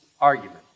argument